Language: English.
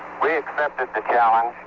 we accepted the challenge